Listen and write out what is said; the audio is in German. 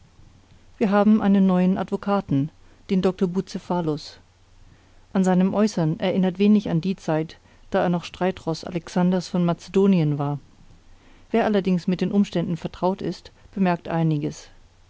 wir haben einen neuen advokaten den dr bucephalus in seinem äußern erinnert wenig an die zeit da er noch streitroß alexanders von macedonien war wer allerdings mit den umständen vertraut ist bemerkt einiges